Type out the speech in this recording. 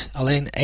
alleen